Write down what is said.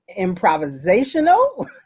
improvisational